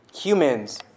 humans